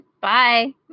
Bye